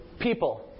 people